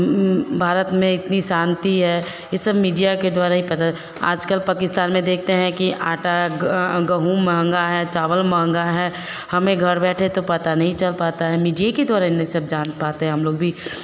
भारत में इतनी शांति है ये सब मीडिया के द्वारा ही कारण आजकल पकिस्तान में देखते हैं कि आटा ग गेहूँ महंगा है चावल महंगा है हमें घर बैठे तो पता नहीं चल पाता है मीडिये के द्वारा ना ई सब जान पाते हैं हम लोग भी